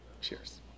Cheers